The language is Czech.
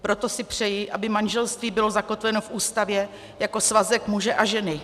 Proto si přeji, aby manželství bylo zakotveno v Ústavě jako svazek muže a ženy.